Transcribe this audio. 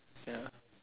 ya